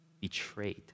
betrayed